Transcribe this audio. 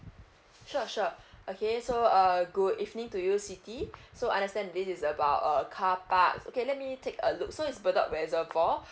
sure sure okay so uh good evening to you siti so I understand this is about uh car parks okay let me take a look so it's bedok reservoir